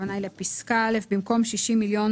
הכוונה היא לפסקה (א) במקום "60 מיליון